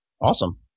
Awesome